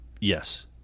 yes